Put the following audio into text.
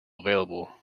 available